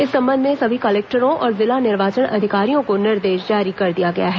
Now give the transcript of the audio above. इस संबंध में सभी कलेक्टरों और जिला निर्वाचन अधिकारियों को निर्देश जारी कर दिया गया है